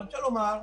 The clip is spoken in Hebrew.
זה לא קורה היום.